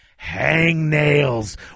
hangnails